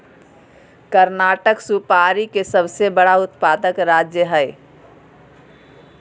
कर्नाटक सुपारी के सबसे बड़ा उत्पादक राज्य हय